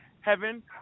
heaven